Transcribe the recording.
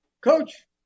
coach